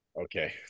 Okay